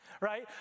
right